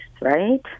right